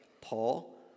Paul